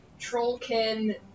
Trollkin